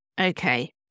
Okay